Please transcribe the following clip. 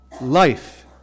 life